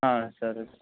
సరే సార్